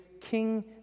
King